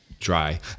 Dry